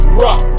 rock